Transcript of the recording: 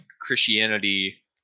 Christianity